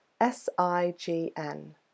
S-I-G-N